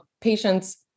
patients